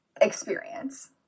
experience